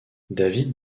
david